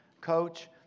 coach